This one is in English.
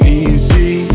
easy